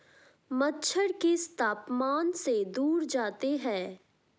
मच्छर किस तापमान से दूर जाते हैं?